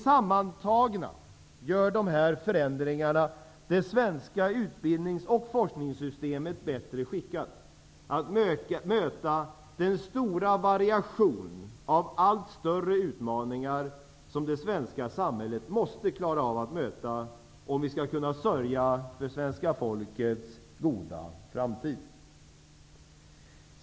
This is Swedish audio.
Sammantagna gör dessa förändringar det svenska utbildnings och forskningssystemet bättre skickat att möta den stora variation av allt större utmaningar som det svenska samhället måste klara av att möta om vi skall kunna sörja för svenska folkets goda framtid.